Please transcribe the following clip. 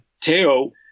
Teo